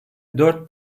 dört